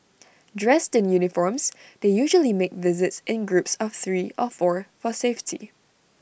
dressed in uniforms they usually make visits in groups of three of four for safety